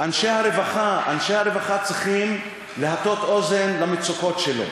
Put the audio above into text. אנשי הרווחה צריכים להטות אוזן למצוקות שלו.